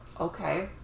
Okay